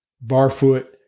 Barfoot